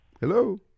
Hello